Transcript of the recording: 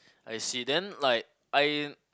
I see then like I